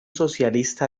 socialista